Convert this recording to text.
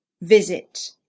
visit